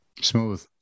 Smooth